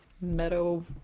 meadow